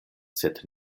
sed